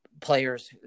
players